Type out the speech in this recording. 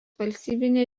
valstybinė